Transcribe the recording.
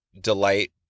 delight